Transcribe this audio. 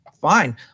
fine